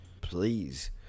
Please